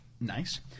nice